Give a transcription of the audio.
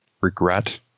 regret